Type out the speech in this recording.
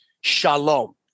shalom